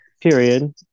Period